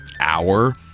hour